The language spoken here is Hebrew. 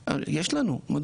אין לנו חוקה, איזה חוקה?